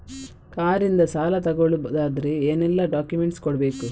Car ಇಂದ ಸಾಲ ತಗೊಳುದಾದ್ರೆ ಏನೆಲ್ಲ ಡಾಕ್ಯುಮೆಂಟ್ಸ್ ಕೊಡ್ಬೇಕು?